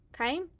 okay